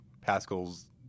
Pascal's